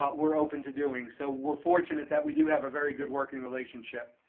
but we're open to doing. so we're fortunate that we do have a very good working relationship.